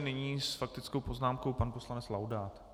Nyní s faktickou poznámkou pan poslanec Laudát.